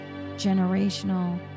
generational